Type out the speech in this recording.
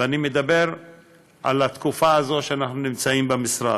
ואני מדבר על התקופה הזאת, שאנחנו נמצאים במשרד.